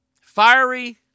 Fiery